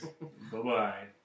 Bye-bye